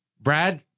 Brad